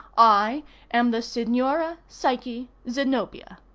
i am the signora psyche zenobia.